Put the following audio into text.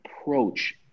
approach